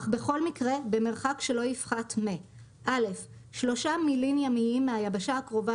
אך בכל מקרה במרחק שלא יפחת מ- (א) 3 מילין ימיים מהיבשה הקרובה